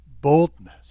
boldness